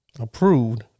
approved